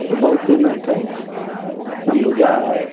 बहुत सिमेन्ट है अंबुजा है